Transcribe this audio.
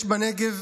יש בנגב